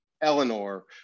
Eleanor